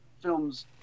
films